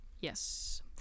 Yes